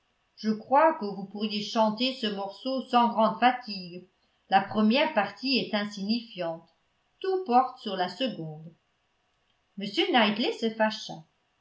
je crois que vous pourriez chanter ce morceau sans grande fatigue la première partie est insignifiante tout porte sur la seconde m knightley se fâcha